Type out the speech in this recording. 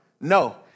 No